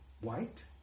white